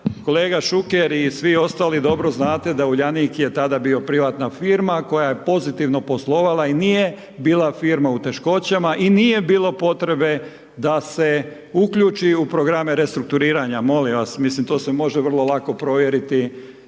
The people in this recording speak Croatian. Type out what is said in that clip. Kolega Šuker i svi ostali dobro znate da Uljanik je bila tada privatna firma, koja je pozitivna poslovala i nije bila firma u teškoćama i nije bilo potrebe da se uključi u programe restrukturiranja. Molim vas, mislim to se može vrlo lako provjeriti